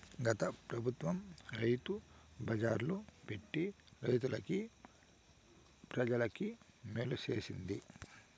గత పెబుత్వం రైతు బజార్లు పెట్టి రైతులకి, ప్రజలకి మేలు చేసింది